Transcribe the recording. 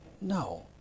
No